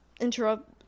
interrupt